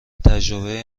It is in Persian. تجربه